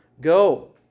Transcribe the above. go